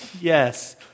yes